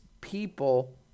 people